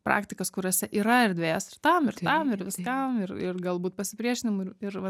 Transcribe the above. praktikas kuriose yra erdvės ir tam ir tam ir viskam ir ir galbūt pasipriešinimui ir ir va